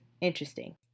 Interesting